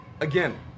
Again